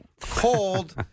cold